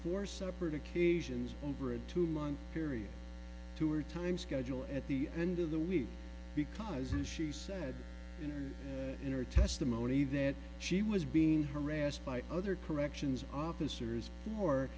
four separate occasions over a two month period to her time schedule at the end of the week because she said in an inner testimony that she was being harassed by other corrections officers or